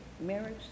Marriage